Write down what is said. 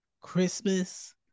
Christmas